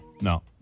No